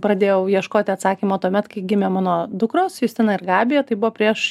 pradėjau ieškoti atsakymo tuomet kai gimė mano dukros justina ir gabija tai buvo prieš